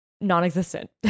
non-existent